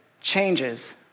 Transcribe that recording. changes